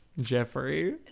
Jeffrey